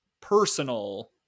personal